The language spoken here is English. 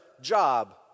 job